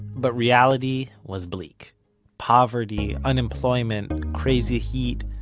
but reality was bleak poverty, unemployment, crazy heat,